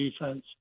defense